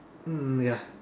mm ya